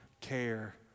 care